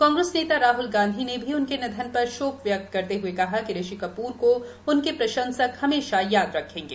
कांग्रेस नेता राह्ल गांधी ने भी उनके निधन पर शोक व्यक्त करते हए कहा कि ऋषि कप्र को उनके प्रशंसक हमेशा याद रखेंगे